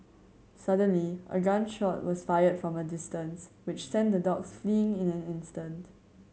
suddenly a gun shot was fired from a distance which sent the dogs fleeing in an instant